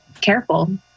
careful